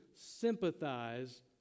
sympathize